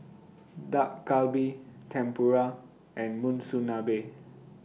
Dak Galbi Tempura and Monsunabe